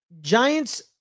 Giants